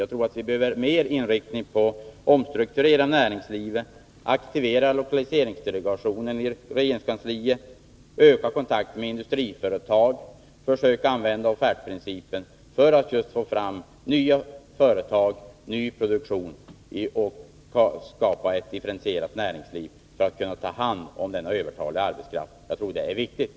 Jag tror att vi behöver en inriktning mot att omstrukturera näringslivet, att aktivera lokaliseringsdelegationen i regeringskansliet, att öka kontakten med industriföretag och att försöka använda offertprincipen — allt för att få fram nya företag och ny produktion och skapa ett differentierat näringsliv, så att vi kan ta hand om den övertaliga arbetskraften. Jag tror detta är viktigt.